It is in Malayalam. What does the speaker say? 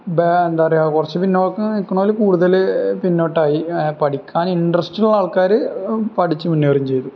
എന്താണു പറയുക കുറച്ച് പിന്നോക്കം നില്ക്കുന്നവര് കൂടുതല് പിന്നോട്ടായി പഠിക്കാൻ ഇൻട്രസ്റ്റ് ഉള്ള ആൾക്കാര് പഠിച്ച് മുന്നേറുകയും ചെയ്തു